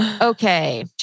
Okay